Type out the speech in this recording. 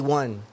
one